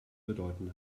bedeuten